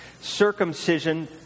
circumcision